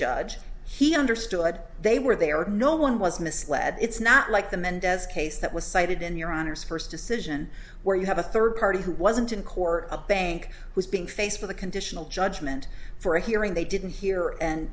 judge he understood they were there were no one was misled it's not like the mendez case that was cited in your honour's first decision where you have a third party who wasn't in core a bank who's being faced with a conditional judgement for a hearing they didn't hear and